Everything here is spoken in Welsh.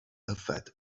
yfed